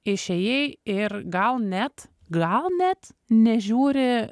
išėjai ir gal net gal net nežiūri